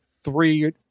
three